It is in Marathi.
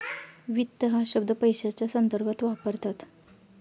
वित्त हा शब्द पैशाच्या संदर्भात वापरतात